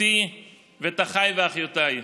אותי ואת אחיי ואחיותיי.